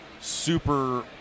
super